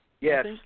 Yes